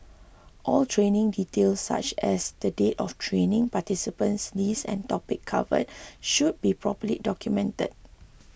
all training details such as the date of training participant list and topics covered should be properly documented